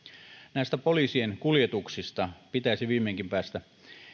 näistä poliisien kuljetuksista pitäisi viimeinkin päästä